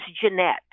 Jeanette